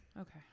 okay